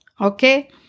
Okay